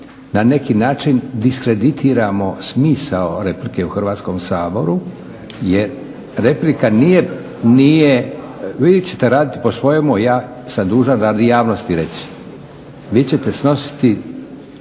na neki način diskreditiramo smisao replike u Hrvatskom saboru jer replika nije, nije, vi ćete raditi po svojemu, ja sam dužan radi javnosti reći, vi ćete snositi